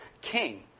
king